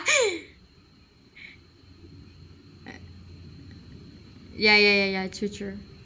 ya ya ya ya true true